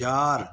ਚਾਰ